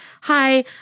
Hi